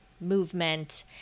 movement